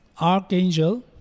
archangel